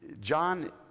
John